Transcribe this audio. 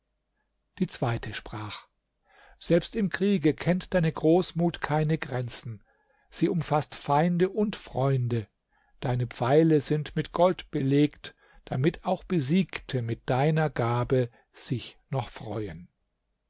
die zweite sprach selbst im kriege kennt deine großmut keine grenzen sie umfaßt feinde und freunde deine pfeile sind mit gold belegt damit auch besiegte mit deiner gabe sich noch freuen